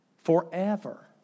Forever